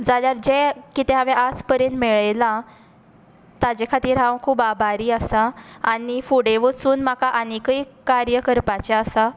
जाल्यार जें कितें हांवेंन आज पर्यंत मेळयलां ताचे खातीर हांव खूब आभारी आसा आनी फुडें वचून म्हाका आनिकूय कार्य करपाचें आसा